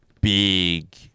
big